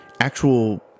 actual